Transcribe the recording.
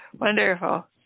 Wonderful